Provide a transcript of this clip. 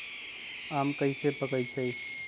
आम कईसे पकईछी?